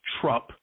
trump